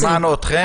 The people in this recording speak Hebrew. שמענו אתכם.